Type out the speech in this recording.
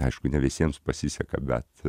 aišku ne visiems pasiseka bet